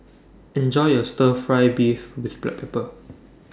Enjoy your Stir Fry Beef with Black Pepper